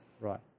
Right